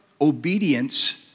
obedience